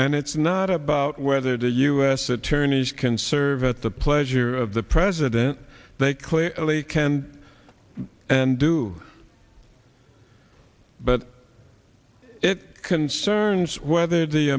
and it's not about whether the u s attorneys can serve at the pleasure of the president they clearly can and do but it concerns whether the